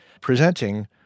presenting